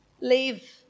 leave